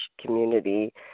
community